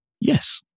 Yes